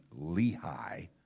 Lehi